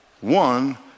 One